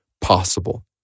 possible